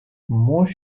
most